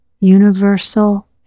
universal